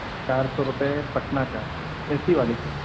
چار سو روپئے پٹنہ کا اے سی والی سے